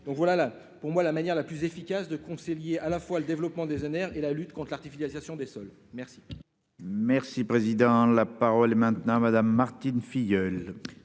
donc voilà, là, pour moi, la manière la plus efficace de concilier à la fois le développement des ENR et la lutte conte l'artificialisation des sols merci. Merci président la parole est maintenant à madame Martine Filleul.